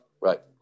right